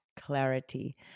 clarity